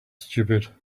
stupid